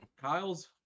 kyle's